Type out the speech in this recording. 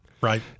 Right